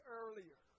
earlier